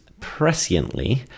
presciently